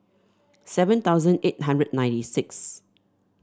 seven thousand eight hundred and ninety six